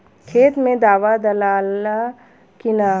खेत मे दावा दालाल कि न?